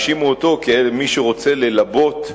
האשימו אותו כמי שרוצה ללבות אש,